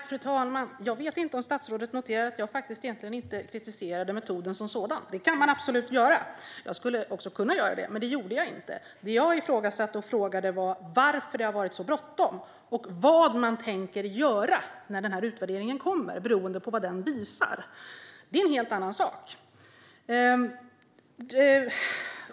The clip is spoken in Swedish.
Fru talman! Jag vet inte om statsrådet noterade att jag egentligen inte kritiserade metoden som sådan. Det kan man absolut göra, och jag skulle kunna göra det. Men det gjorde jag inte. Det jag ifrågasatte och frågade var varför det har varit så bråttom och vad man tänker göra när utvärderingen kommer beroende på vad den visar. Det är en helt annan sak.